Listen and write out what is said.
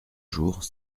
jours